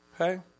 Okay